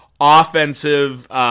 offensive